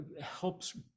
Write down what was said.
Helps